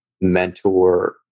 mentor